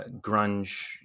grunge